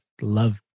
love